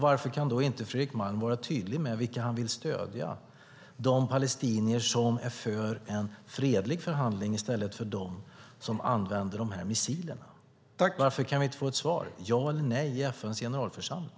Varför kan inte Fredrik Malm vara tydlig med vilka han vill stödja? Är det de palestinier som är för en fredlig förhandling i stället för de som använder missilerna? Varför kan vi inte få ett svar? Ja eller nej i FN:s generalförsamling?